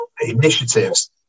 initiatives